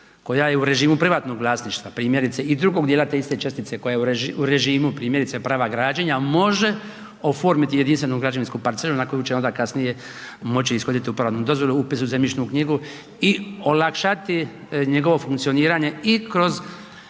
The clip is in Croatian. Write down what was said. koja je u režimu privatnog vlasništva, primjerice i drugog dijela te iste čestice koja je u režimu primjerice prava građenja može oformiti jedinstvenu građevinsku parcelu na koju će onda kasnije moći ishoditi uporabnu dozvolu, upis u zemljišnu knjigu i olakšati njegovo funkcioniranje i kroz